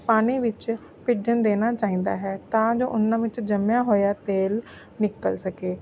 ਪਾਣੀ ਵਿੱਚ ਭਿੱਜਣ ਦੇਣਾ ਚਾਹੀਦਾ ਹੈ ਤਾਂ ਜੋ ਉਹਨਾਂ ਵਿੱਚ ਜੰਮਿਆ ਹੋਇਆ ਤੇਲ ਨਿਕਲ ਸਕੇ